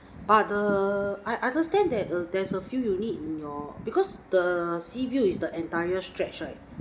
but the I understand that err there's a few unit in your because the sea view is the entire stretch right